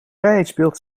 vrijheidsbeeld